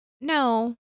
No